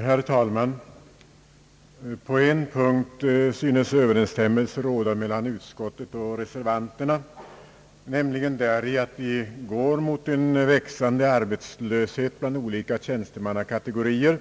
Herr talman! På en punkt synes överensstämmelse råda mellan utskottet och reservanterna, nämligen däri att vi går mot en växande arbetslöshet bland olika tjänstemannakategorier